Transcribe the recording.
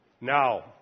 Now